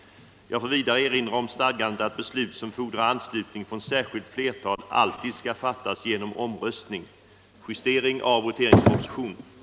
Jag får vidare erinra om stadgandet att beslut som fordrar anslutning från särskilt flertal alltid skall fattas genom omröstning. Om inte minst tre fjärdedelar av de röstande och mer än hälften av